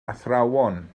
athrawon